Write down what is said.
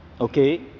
Okay